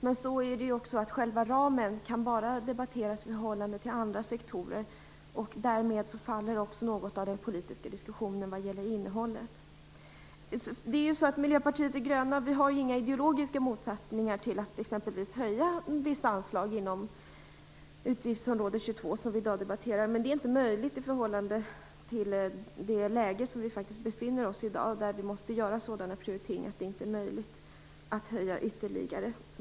Men själva ramen kan bara debatteras i förhållande till andra sektorer, och därmed faller också något av den politiska diskussionen vad gäller innehållet. Miljöpartiet de gröna har inga ideologiska motsättningar till att exempelvis höja vissa anslag inom utgiftsområde 22, som vi i dag debatterar, men det är inte möjligt i förhållande till det läge vari vi befinner oss i dag. Vi måste göra sådana prioriteringar att det inte är möjligt att höja ytterligare.